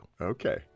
okay